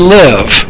live